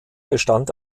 bestand